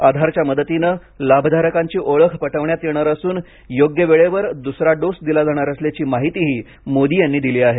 आधारच्या मदतीने लाभधारकांची ओळख पटवण्यात येणार असून योग्य वेळेवर दुसरा डोस दिला जाणार असल्याची माहितीही मोदी यांनी दिली आहे